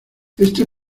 este